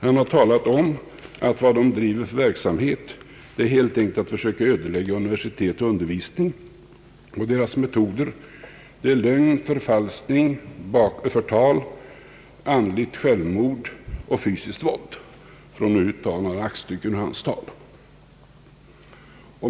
Han nämner att deras verksamhet helt enkelt går ut på att försöka ödelägga universitet och undervisning. Deras metoder är lögn, förfalskning, förtal, andligt självmord och fysiskt våld — för att ta några aktstycken ur hans tal.